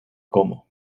como